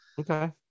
Okay